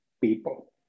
people